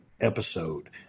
episode